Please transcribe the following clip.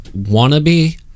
Wannabe